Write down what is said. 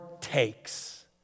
takes